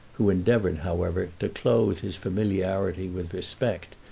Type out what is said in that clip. who endeavoured, however, to clothe his familiarity with respect,